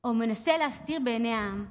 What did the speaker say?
או מנסה להסתירה מעיני העם.